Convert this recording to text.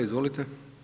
Izvolite.